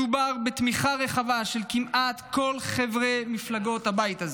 מדובר בתמיכה רחבה של כמעט כל חברי מפלגות הבית הזה.